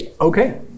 Okay